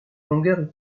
longueur